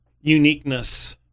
uniqueness